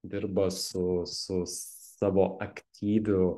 dirba su su savo aktyviu